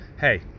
hey